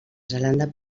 zelanda